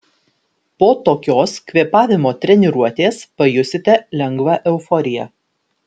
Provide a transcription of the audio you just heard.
po tokios kvėpavimo treniruotės pajusite lengvą euforiją